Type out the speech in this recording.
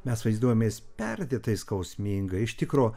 mes vaizduojamės perdėtai skausmingai iš tikro